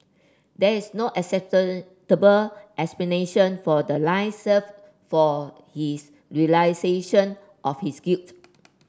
there is no explanation for the lies save for his realisation of his guilt